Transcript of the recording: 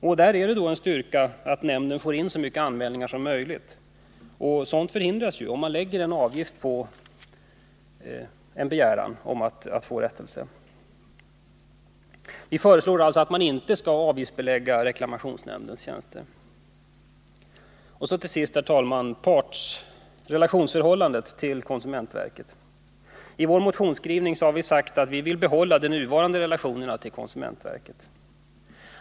Och där är det en styrka att nämnden får in så många anmälningar som möjligt. Sådant förhindras om man lägger en avgift på begäran att få rättelse. Vi föreslår alltså att man inte skall avgiftsbelägga reklamationsnämndens tjänster. Till sist, herr talman, något om relationsförhållandet till konsumentverket: I vår motionsskrivning har vi sagt att vi vill behålla de nuvarande relationerna till konsumentverket.